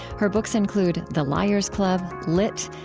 her books include the liars' club, lit,